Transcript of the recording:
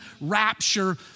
rapture